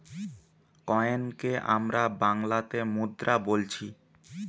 কয়েনকে আমরা বাংলাতে মুদ্রা বোলছি